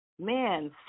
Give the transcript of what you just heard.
man